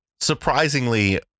Surprisingly